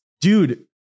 Dude